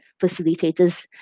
facilitators